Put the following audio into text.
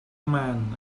men